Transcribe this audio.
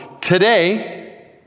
today